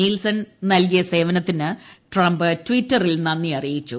Nielsen നൽകിയ സേവനത്തിന് Trump ട്വിറ്ററിൽ നന്ദി അറിയിച്ചു